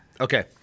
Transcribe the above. Okay